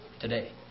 today